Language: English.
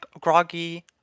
groggy